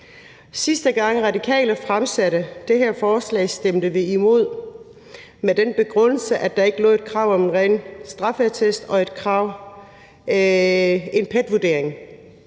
Sidste gang Radikale fremsatte det her forslag, stemte vi imod med den begrundelse, at der ikke lå et krav om en ren straffeattest og et krav om en